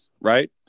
right